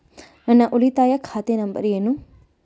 ನನ್ನ ಉಳಿತಾಯ ಖಾತೆ ನಂಬರ್ ಏನು?